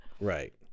Right